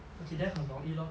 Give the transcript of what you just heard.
okay then 很容易 lor